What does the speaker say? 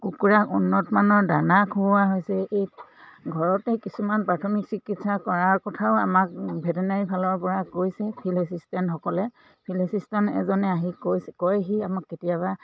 কুকুৰা উন্নতমানৰ দানা খুওৱা হৈছে এই ঘৰতে কিছুমান প্ৰাথমিক চিকিৎসা কৰাৰ কথাও আমাক ভেটেনেৰি ফালৰ পৰা কৈছে ফিল্ড এছিষ্টেণ্টসকলে ফিল্ড এছিষ্টেণ্ট এজনে আহি কৈছে কয়হি আমাক কেতিয়াবা